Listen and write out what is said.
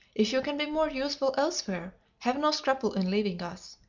if you can be more useful elsewhere, have no scruple in leaving us.